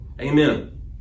Amen